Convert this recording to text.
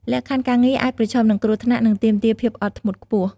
លក្ខខណ្ឌការងារអាចប្រឈមនឹងគ្រោះថ្នាក់ និងទាមទារភាពអត់ធ្មត់ខ្ពស់ ។